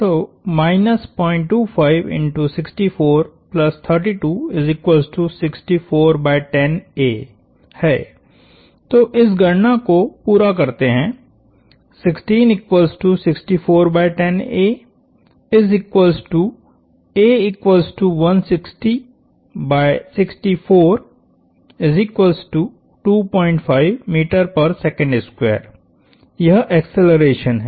तोहैतो इस गणना को पूरा करते है यह एक्सेलरेशन है